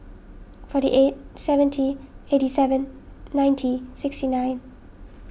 forty eight seventy eighty seven ninety sixty nine